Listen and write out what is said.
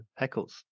heckles